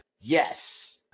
Yes